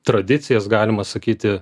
tradicijas galima sakyti